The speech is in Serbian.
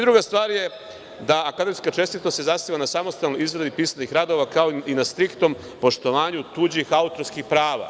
Druga stvar je da se akademska čestitost zasniva na samostalnoj izradi pisanih radova, kao i na striktnom poštovanju tuđih autorskih prava.